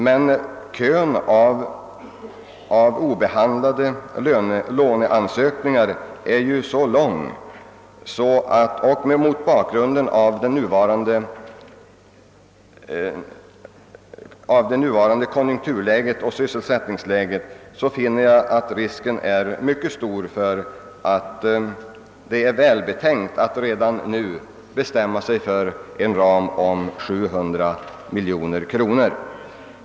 Men kön av obehandlade låneansökningar är mycket lång och mot bakgrund av det nuvarande konjunkturoch sysselsättningsläget anser jag att det är välbetänkt att redan nu bestämma sig för en ram av 700 miljoner kronor.